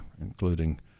including